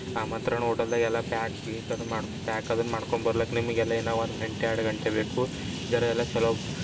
ಆಮಂತ್ರಣ ಓಟೆಲ್ದಾಗ ಎಲ್ಲ ಪ್ಯಾಕ್ ಗೀಕ್ ಅದು ಮಾಡಿ ಪ್ಯಾಕ್ ಅದನ್ನು ಮಾಡ್ಕೊಂಡ್ ಬರ್ಲಕ್ಕ ನಿಮಗೆಲ್ಲ ಇನ್ನೂ ಒಂದು ಗಂಟೆ ಎರಡು ಗಂಟೆ ಬೇಕು ಜರಾ ಎಲ್ಲ ಛಲೋ